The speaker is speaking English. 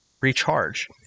recharge